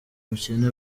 bukene